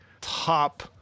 top